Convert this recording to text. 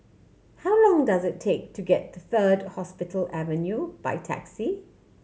how long does it take to get to Third Hospital Avenue by taxi